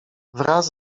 wraz